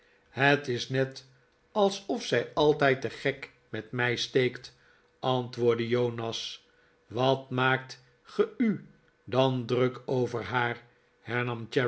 het is net alsof zij altijd den gek met mij steekt antwoordde jonas wat maakt ge u dan druk over haar